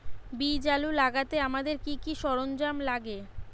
বীজ আলু লাগাতে আমাদের কি কি সরঞ্জাম লাগে?